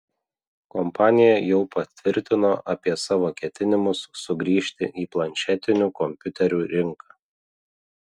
kompanija jau patvirtino apie savo ketinimus sugrįžti į planšetinių kompiuterių rinką